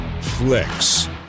flex